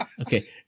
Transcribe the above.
Okay